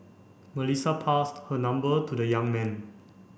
Melissa passed her number to the young man